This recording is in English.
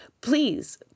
please